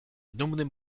dumnym